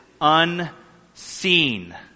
unseen